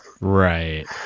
Right